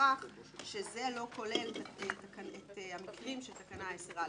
בהכרח שזה לא כולל את המקרים של תקנה 10(א),